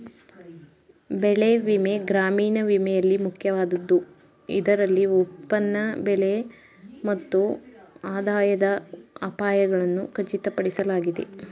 ಬೆಳೆ ವಿಮೆ ಗ್ರಾಮೀಣ ವಿಮೆಯಲ್ಲಿ ಮುಖ್ಯವಾದದ್ದು ಇದರಲ್ಲಿ ಉತ್ಪನ್ನ ಬೆಲೆ ಮತ್ತು ಆದಾಯದ ಅಪಾಯಗಳನ್ನು ಖಚಿತಪಡಿಸಲಾಗಿದೆ